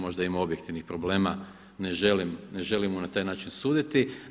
Možda je imao objektivnih problema, ne želim mu na taj način suditi.